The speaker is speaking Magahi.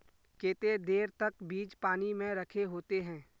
केते देर तक बीज पानी में रखे होते हैं?